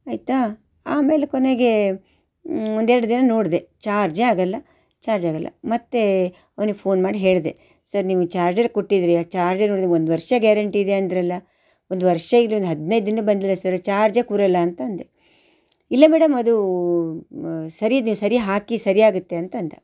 ಆಯಿತಾ ಆಮೇಲೆ ಕೊನೆಗೆ ಒಂದೆರಡು ದಿನ ನೋಡಿದೆ ಚಾರ್ಜೇ ಆಗೋಲ್ಲ ಚಾರ್ಜ್ ಆಗೋಲ್ಲ ಮತ್ತೆ ಅವ್ನಿಗೆ ಫೋನ್ ಮಾಡಿ ಹೇಳಿದೆ ಸರ್ ನೀವು ಚಾರ್ಜರ್ ಕೊಟ್ಟಿದ್ದೀರಿ ಆ ಚಾರ್ಜರ್ ನಮಗೆ ಒಂದು ವರ್ಷ ಗ್ಯಾರಂಟಿ ಇದೆ ಅಂದ್ರಲ್ಲ ಒಂದು ವರ್ಷ ಇಲ್ಲ ಒಂದು ಹದಿನೈದು ದಿನ ಬಂದಿಲ್ಲ ಸರ್ ಚಾರ್ಜೇ ಕೂರೋಲ್ಲ ಅಂತ ಅಂದೆ ಇಲ್ಲ ಮೇಡಮ್ ಅದು ಸರಿಯಿದೆ ಸರಿ ಹಾಕಿ ಸರಿಯಾಗುತ್ತೆ ಅಂತ ಅಂದ